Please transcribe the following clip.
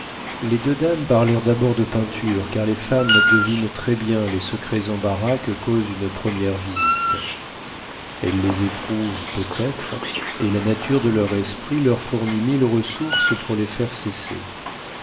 les deux dames parlèrent d'abord de peinture car les femmes devinent très-bien les secrets embarras que cause une première visite elles les éprouvent peut-être et la nature de leur esprit leur fournit mille ressources pour les faire cesser